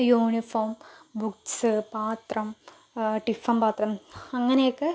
uniform books പാത്രം tiffin പാത്രം അങ്ങനെയൊക്കെ